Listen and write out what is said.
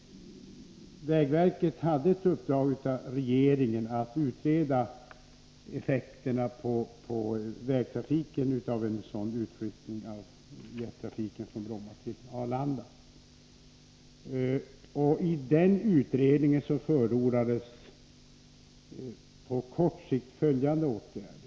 Vägverket hade i uppdrag av regeringen att utreda effekterna på vägtrafiken av en sådan utflyttning. I den utredningen förordades på kort sikt följande åtgärder.